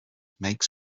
makes